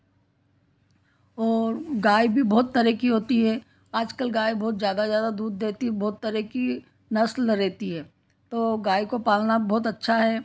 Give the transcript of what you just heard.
और गाय भी बहुत तरह की होती है आज कल गाय बहुत ज़्यादा ज़्यादा दूध देती बहुत तरह की नस्ल रहती है तो गाय को पालना बहुत अच्छा है